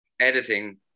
editing